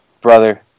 brother